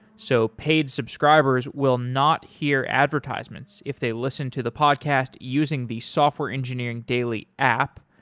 so paid subscribers will not hear advertisements if they listen to the podcast using the software engineering daily app.